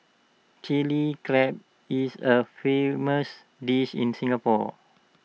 Chilli Crab is A famous dish in Singapore